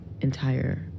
entire